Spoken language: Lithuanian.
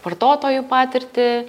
vartotojų patirtį